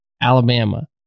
Alabama